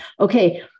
okay